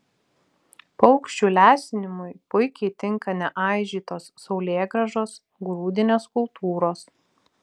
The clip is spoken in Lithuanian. paukščių lesinimui puikiai tinka neaižytos saulėgrąžos grūdinės kultūros